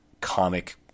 comic